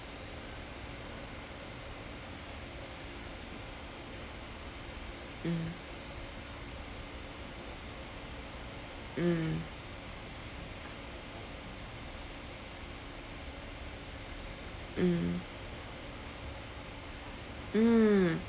mm mm mm mm